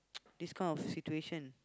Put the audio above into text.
this kind of situation